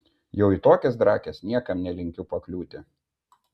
jau į tokias drakes niekam nelinkiu pakliūti